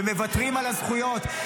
ומוותרים על הזכויות.